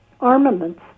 armaments